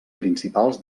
principals